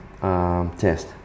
test